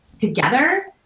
together